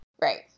Right